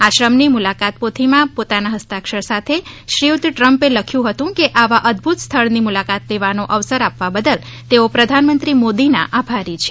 આશ્રમ ની મુલાકાત પોથી માં પોતાના હસ્તાક્ષર સાથે શ્રીયુત ટ્રમ્પ એ લખ્યું હતું કે આવા અદ્વત સ્થળ ની મુલાકાત લેવાનો અવસર આપવા બદલ તેવો પ્રધાનમંત્રી મોદી ના આભારી છે